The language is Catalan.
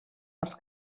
els